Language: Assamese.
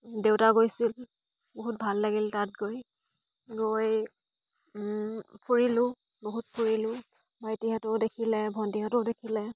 দেউতা গৈছিল বহুত ভাল লাগিল তাত গৈ গৈ ফুৰিলোঁ বহুত ফুৰিলোঁ ভাইটিহঁতেও দেখিলে ভণ্টিহঁতেও দেখিলে